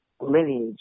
lineage